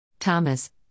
Thomas